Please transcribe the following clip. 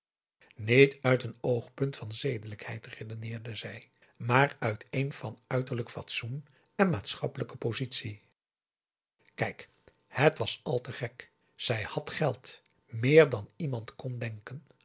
niet uit een oogpunt van zedelijkheid redeneerde zij maar uit een van uiterlijk fatsoen en maatschappelijke positie kijk het was al te gek zij had geld meer dan iemand kon denken